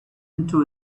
into